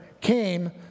came